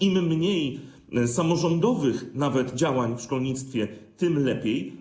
Im mniej samorządowych działań w szkolnictwie, tym lepiej.